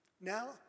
Now